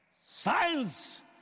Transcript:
Science